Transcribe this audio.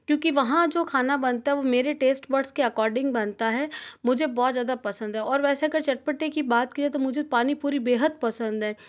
क्योंकि वहाँ जो खाना बनता है वह मेरे टेस्ट बड्स के अकॉर्डिंग बनता है मुझे बहुत ज़्यादा पसंद है और वैसे कर चटपटी की बात के तो मुझे पानीपूरी बेहद पसंद है